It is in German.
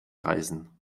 reißen